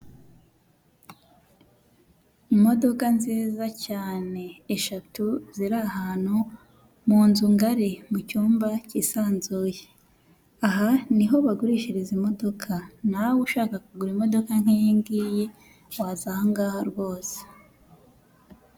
Imodoka nziza cyane eshatu ziri ahantu mu nzu ngari mu cyumba kisanzuye aha niho bagurishiriza imodoka nawe ushaka kugura imodoka nk'iyi ngiyi waza ahangaha rwose!